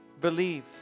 believe